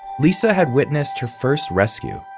lisa had witnessed her first rescue.